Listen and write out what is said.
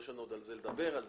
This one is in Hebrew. ויש לנו עוד לדבר על זה,